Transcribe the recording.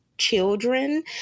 Children